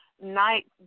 night